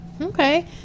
Okay